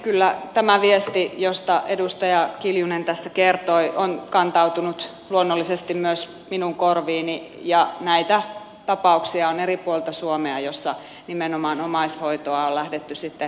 kyllä tämä viesti josta edustaja kiljunen tässä kertoi on kantautunut luonnollisesti myös minun korviini ja eri puolilta suomea on näitä tapauksia joissa nimenomaan omaishoitoa on lähdetty sitten rajustikin supistamaan